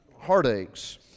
heartaches